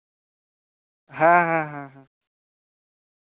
ᱦᱮᱸ ᱦᱮᱸ ᱦᱮᱸ